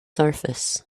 surface